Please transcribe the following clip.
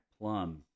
plum